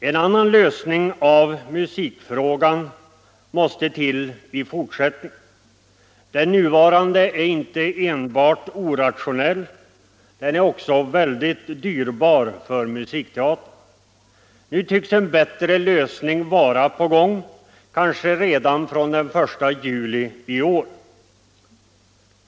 En annan lösning av musikfrågan måste till i fortsättningen. Den nuvarande är inte enbart orationell, den är också väldigt dyrbar för musikteatern. Nu tycks en bättre lösning vara på gång, kanske redan från den 1 juli i år.